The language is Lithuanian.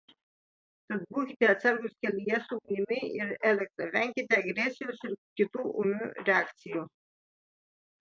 tad būkite atsargūs kelyje su ugnimi ir elektra venkite agresijos ir kitų ūmių reakcijų